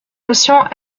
notion